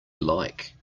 like